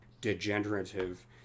degenerative